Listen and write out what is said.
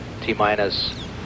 T-minus